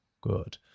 good